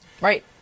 right